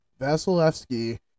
Vasilevsky